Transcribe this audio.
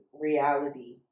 reality